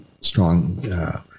strong